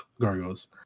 Gargoyles